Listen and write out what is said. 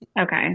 Okay